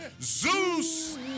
Zeus